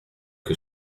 que